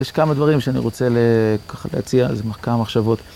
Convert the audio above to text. יש כמה דברים שאני רוצה ככה להציע, כמה מחשבות.